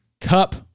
Cup